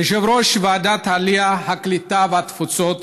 כיושב-ראש ועדת העלייה, הקליטה והתפוצות,